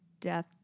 death